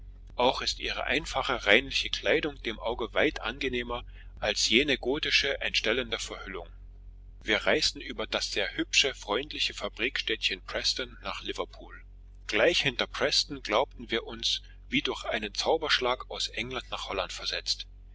auch ist ihre einfache reinliche kleidung dem auge weit angenehmer als jene gotische entstellende verhüllung wir reisten über das sehr hübsche freundliche fabrikstädtchen preston nach liverpool gleich hinter preston glaubten wir uns wie durch einen zauberschlag aus england nach holland versetzt